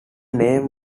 name